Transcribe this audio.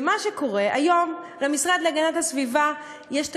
ומה שקורה, היום למשרד להגנת הסביבה יש תקציב,